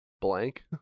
blank